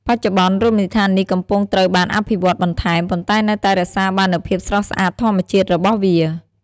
បច្ចុប្បន្ន រមណីយដ្ឋាននេះកំពុងត្រូវបានអភិវឌ្ឍបន្ថែម ប៉ុន្តែនៅតែរក្សាបាននូវភាពស្រស់ស្អាតធម្មជាតិរបស់វា។